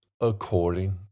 according